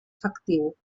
efectiu